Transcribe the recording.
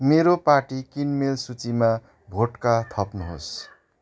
मेरो पार्टी किनमेल सूचीमा भोड्का थप्नुहोस्